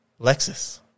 Lexus